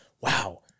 wow